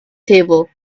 table